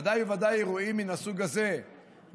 ודאי וודאי אירועים מן הסוג הזה בהגדרה